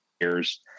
years